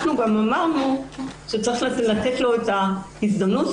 אנחנו גם אמרנו שצריך לתת לו לפעמים הזדמנות